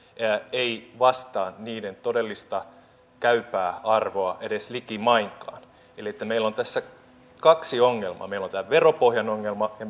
ei vastaa niiden todellista käypää arvoa edes likimainkaan eli meillä on tässä kaksi ongelmaa meillä on tämä veropohjan ongelma ja